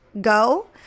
go